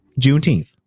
Juneteenth